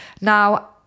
Now